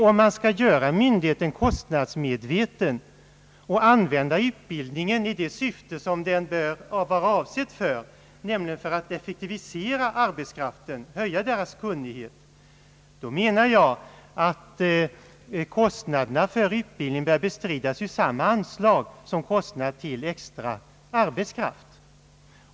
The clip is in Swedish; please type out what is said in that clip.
Om man skall göra myndigheten kostnadsmedveten och använda utbildningen i det syfte som den är avsedd för, nämligen för att effektivisera arbetskraften och göra den mera kunnig, då bör enligt min mening kostnaderna för utbildningen bestridas ur samma anslag som kostnad till extra arbetskraft.